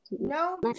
no